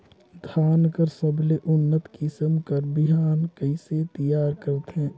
धान कर सबले उन्नत किसम कर बिहान कइसे तियार करथे?